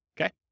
okay